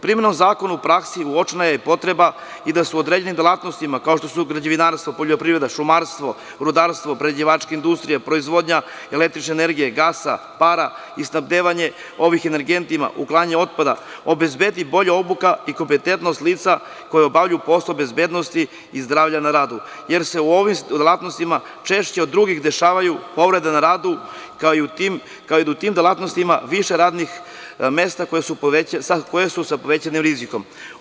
Primenom zakona u praksi uočena je potreba i da se u određenim delatnostima kao što su građevinarstvo, poljoprivreda, šumarstvo, rudarstvo, prerađivačka industrija, proizvodnja električne energije, gara, pare i snabdevanje ovih energenata, uklanjanje otpada, obezbedi bolja obuka i kompetentnost lica koja obavljaju posao bezbednosti izdravlja na radu, jer se u ovim delatnostima češće od drugih dešavaju povrede na radu, kao i da je u tim delatnostima više radnih mesta koja su sa povećanim rizikom.